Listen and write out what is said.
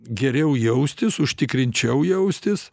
geriau jaustis užtikrinčiau jaustis